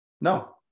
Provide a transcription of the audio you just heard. No